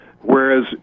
Whereas